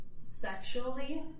sexually